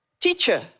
Teacher